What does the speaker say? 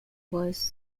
was